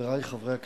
חברי חברי הכנסת,